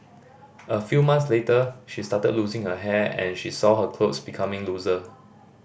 a few months later she started losing her hair and she saw her clothes becoming looser